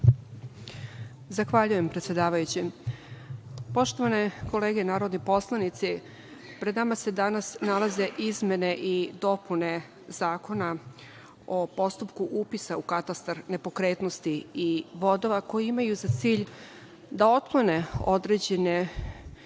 Zahvaljujem, predsedavajući. Poštovane kolege narodni poslanici, pred nama se danas nalaze izmene i dopune Zakona o postupku upisa u katastar nepokretnosti i vodova, koji imaju za cilj da otklone određene teškoće